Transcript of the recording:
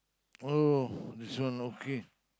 oh this one okay